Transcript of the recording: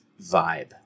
vibe